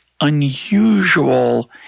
unusual